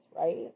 right